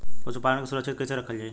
पशुपालन के सुरक्षित कैसे रखल जाई?